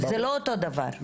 זה לא אותו דבר.